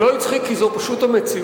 זה לא הצחיק כי זו פשוט המציאות.